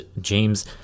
James